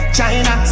China